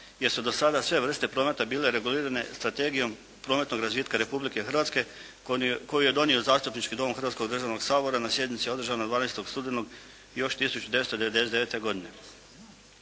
jer su do sada sve vrste prometa bile regulirane Strategijom prometnog razvitka Republike Hrvatske koju je donio Zastupnički dom Hrvatskog državnog sabora na sjednici održanoj 12. studenog još 1999. godine.